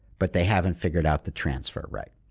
but they haven't figured out the transfer right.